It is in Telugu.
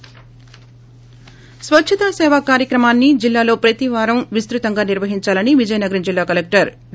స్వచ్చతాసేవా కార్యక్రమాన్ని జిల్లాలో ప్రతివారం విస్తుతంగా నిర్వహించాలని విజయనగరంజిల్లా కలెక్టర్ డా